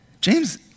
James